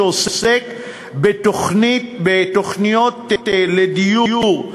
שעוסק בתוכניות לדיור,